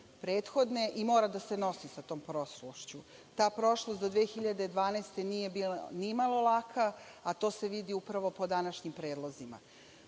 i mora da se nosi sa tom prošlošću. Ta prošlost do 2012. godine nije bila nimalo laka, a to se vidi upravo po današnjim predlozima. Jedan